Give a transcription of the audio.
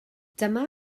dyma